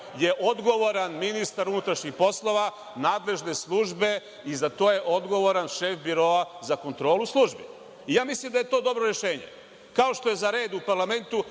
je odgovoran ministar unutrašnjih poslova, nadležne službe i za to je odgovoran šef Biroa za kontrolu službi. Ja mislim da je to dobro rešenje. Kao što je za red u parlamentu